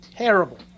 Terrible